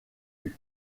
plus